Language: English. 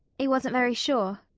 he wasn't very sure.